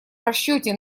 расчете